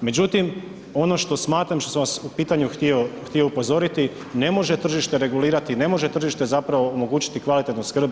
Međutim ono što smatram, što sam vas u pitanju htio upozoriti, ne može tržište regulirati, ne može tržište zapravo omogućiti kvalitetnu skrb